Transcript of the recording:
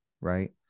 right